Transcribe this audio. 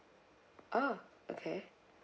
oh okay